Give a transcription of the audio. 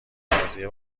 قضیه